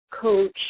coach